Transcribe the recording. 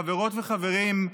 חברות וחברים,